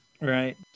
Right